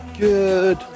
Good